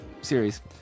series